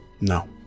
No